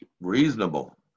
Reasonable